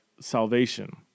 salvation